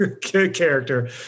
character